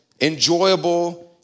enjoyable